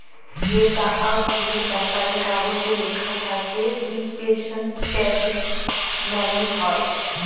যে টাকা গুলার ব্যাপারে কাগজে ল্যাখা থ্যাকে রিপ্রেসেলট্যাটিভ মালি হ্যয়